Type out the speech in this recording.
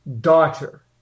daughter